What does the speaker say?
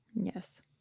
Yes